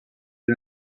des